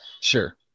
sure